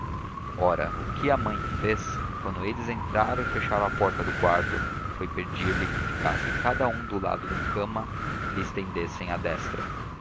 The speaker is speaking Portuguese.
ora o que a mãe fez quando eles entraram e fecharam a porta do quarto foi pedir-lhes que ficasse cada um do lado da cama e lhe estendessem a destra